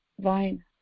vine